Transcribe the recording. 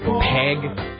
Peg